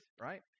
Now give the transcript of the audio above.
right